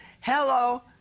Hello